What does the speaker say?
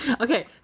okay